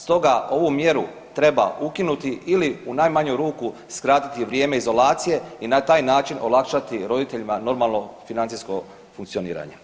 Stoga ovu mjeru treba ukinuti ili u najmanju ruku skratiti vrijeme izolacije i na taj način olakšati roditeljima normalno financijsko funkcioniranje.